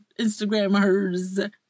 Instagrammers